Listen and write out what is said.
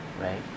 right